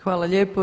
Hvala lijepo.